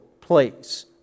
place